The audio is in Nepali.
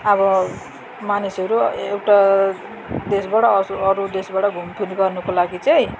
अब मानिसहरू एउटा देशबाट अरू देशबाट घुमफिर गर्नुको लागि चाहिँ